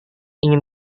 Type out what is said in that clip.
ingin